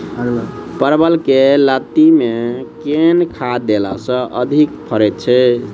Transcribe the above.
परवल केँ लाती मे केँ खाद्य देला सँ अधिक फरैत छै?